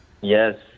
Yes